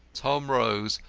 tom rose,